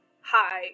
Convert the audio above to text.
hi